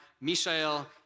Mishael